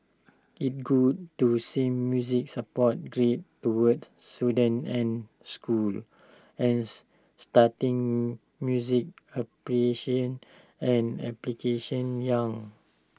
it's good to see music support geared towards students and schools and starting music appreciation and application young